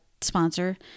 sponsor